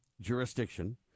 jurisdiction